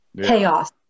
chaos